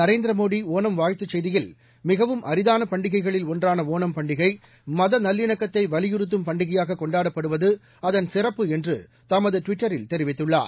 நரேந்திர மோடி விடுத்துள்ள ஒணம் வாழ்த்துச் செய்தியில் மிகவும் அரிதான பண்டிகைகளில் ஒன்றான ஒணம் பண்டிகை மத நல்லிணக்கத்தை வலியுறுத்தும் பண்டிகையாக கொண்டாடப்படுவது அதன் சிறப்பு என்று தனது ட்விட்டரில் தெரிவித்துள்ளார்